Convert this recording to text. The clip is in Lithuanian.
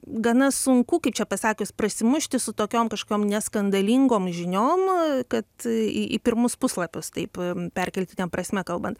gana sunku kaip čia pasakius prasimušti su tokiom kažkokiom neskandalingom žiniom kad į į pirmus puslapius taip perkeltine prasme kalbant